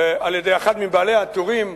על-ידי אחד מבעלי הטורים,